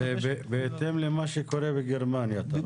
בהתאם למה שקורה בגרמניה אתה רוצה.